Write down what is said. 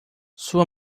sua